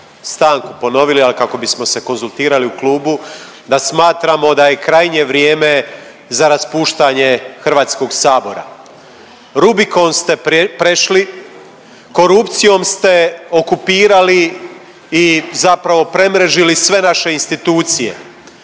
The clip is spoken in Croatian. stanku ponovili, ali kako bi se konzultirali u klubu da smatramo da je krajnje vrijeme za raspuštanje Hrvatskog sabora. Rubikon ste prešli, korupcijom ste okupirali i zapravo premrežili sve naše institucije.